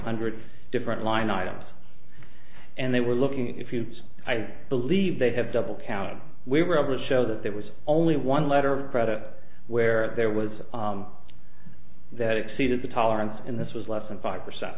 hundred different line items and they were looking if you i believe they have double counted we were able to show that there was only one letter credit where there was that exceeded the tolerance in this was less than five percent